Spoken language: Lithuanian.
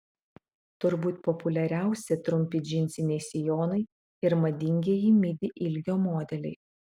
turbūt populiariausi trumpi džinsiniai sijonai ir madingieji midi ilgio modeliai